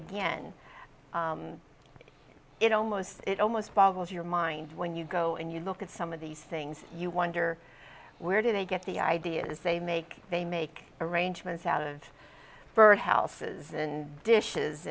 again it almost it almost boggles your mind when you go and you look at some of these things you wonder where do they get the ideas they make they make arrangements out of bird houses and dishes